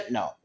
no